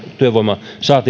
työvoiman